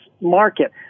market